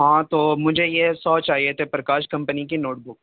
ہاں تو مجھے یہ سو چاہیے تھے پرکاش کمپنی کی نوٹ بک